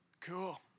Cool